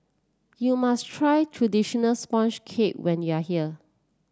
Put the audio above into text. you must try traditional sponge cake when you are here